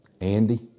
Andy